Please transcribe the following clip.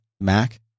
mac